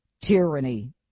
tyranny